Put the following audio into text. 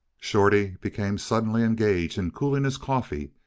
shorty became suddenly engaged in cooling his coffee,